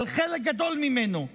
אבל חלק גדול ממנו,